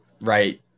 Right